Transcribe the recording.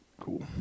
cool